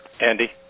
Andy